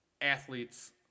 athletes